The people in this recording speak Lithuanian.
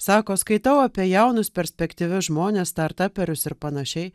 sako skaitau apie jaunus perspektyvius žmones startaperius ir panašiai